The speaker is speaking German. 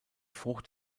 frucht